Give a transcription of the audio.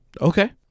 Okay